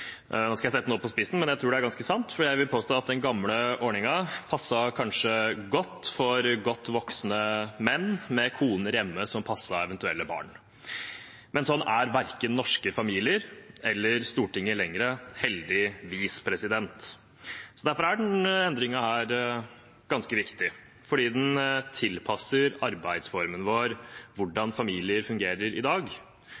Nå skal jeg sette det noe på spissen – men jeg tror det er ganske sant – for jeg vil påstå at den gamle ordningen kanskje passet godt for godt voksne menn med koner hjemme som passet eventuelle barn. Men sånn er verken norske familier eller Stortinget lenger – heldigvis. Derfor er denne endringen ganske viktig, for den tilpasser arbeidsformen vår